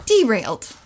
Derailed